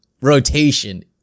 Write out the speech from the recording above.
rotation